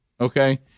okay